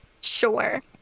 Sure